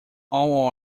all